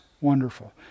wonderful